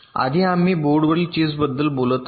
आधी आम्ही बोर्डवरील चिप्सबद्दल बोलत आहोत